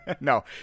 No